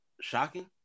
shocking